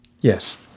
Yes